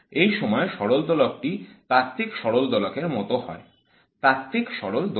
এই সময় সরল দোলকটি তাত্ত্বিক সরল দোলকের মত হয় তাত্ত্বিক সরল দোলক